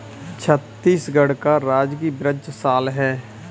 छत्तीसगढ़ का राजकीय वृक्ष साल है